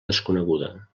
desconeguda